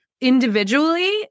individually